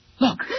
look